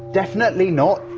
definitely not?